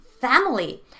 family